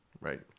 Right